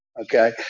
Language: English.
Okay